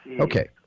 Okay